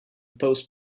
post